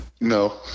no